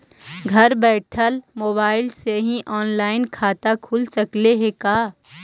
घर बैठल मोबाईल से ही औनलाइन खाता खुल सकले हे का?